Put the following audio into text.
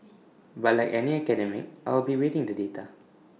but like any academic I will be awaiting the data